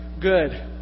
good